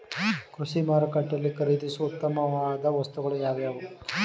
ಕೃಷಿ ಮಾರುಕಟ್ಟೆಯಲ್ಲಿ ಖರೀದಿಸುವ ಉತ್ತಮವಾದ ವಸ್ತುಗಳು ಯಾವುವು?